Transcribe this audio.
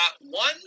one